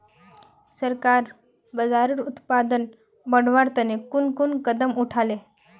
सरकार बाजरार उत्पादन बढ़वार तने कुन कुन कदम उठा ले